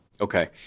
Okay